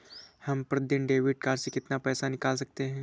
हम प्रतिदिन debit card से कितना पैसा निकाल सकते हैं?